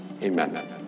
Amen